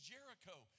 Jericho